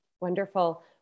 Wonderful